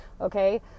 okay